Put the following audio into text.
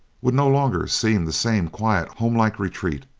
would no longer seem the same quiet, homelike retreat,